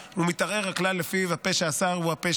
על מנת לאפשר לממשלה לקדם את התיקון בחקיקה